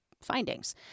findings